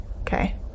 Okay